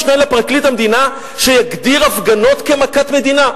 מיהו המשנה לפרקליט המדינה שיגדיר הפגנות כמכת מדינה?